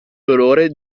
dolore